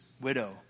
widow